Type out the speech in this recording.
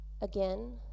Again